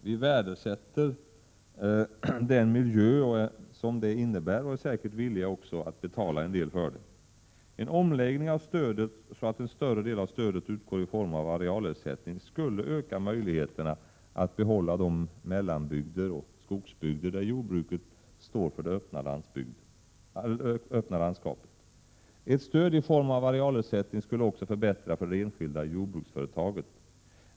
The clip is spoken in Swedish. Vi värdesätter den miljön och är säkert villiga att betala en del för den. En omläggning av jordbruksstödet så att en större del utgår i form av arealersättning skulle öka möjligheterna att behålla de mellanbygder och skogsbygder där jordbruket står för det öppna landskapet. Ett stöd i form av arealersättning skulle också förbättra för det enskilda jordbruksföretaget.